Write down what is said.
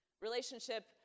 relationship